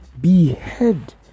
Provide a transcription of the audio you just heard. behead